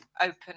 open